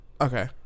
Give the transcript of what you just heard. Okay